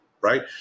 right